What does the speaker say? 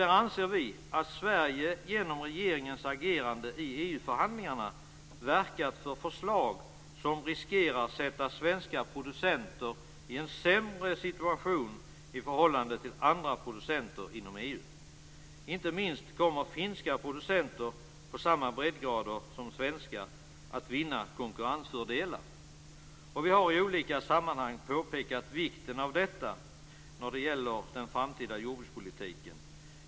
Där anför vi att Sverige genom regeringens agerande i EU-förhandlingarna verkat för förslag som riskerar att sätta svenska producenter i en sämre situation i förhållande till andra producenter inom EU. Inte minst kommer finska producenter på samma breddgrader som svenska att vinna konkurrensfördelar. Och vi har i olika sammanhang påpekat vikten av detta när det gäller den framtida jordbrukspolitiken.